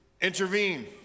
Intervene